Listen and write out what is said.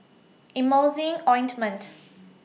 Emulsying Ointment